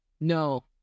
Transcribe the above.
No